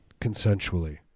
consensually